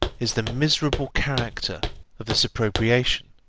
is the miserable character of this appropriation,